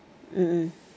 mmhmm